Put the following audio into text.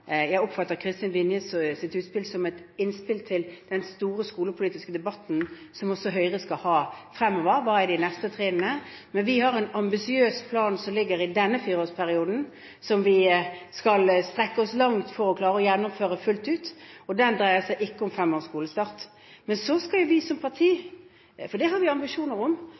Jeg oppfatter Kristin Vinjes utspill som et innspill til den store skolepolitiske debatten som også Høyre skal ha fremover: Hva er de neste trinnene? Vi har en ambisiøs plan for denne fireårsperioden som vi skal strekke oss langt for å klare å gjennomføre fullt ut, og den dreier seg ikke om skolestart for femåringer. Men så skal jo vi som parti diskutere – for vi har ambisjoner om